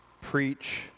preach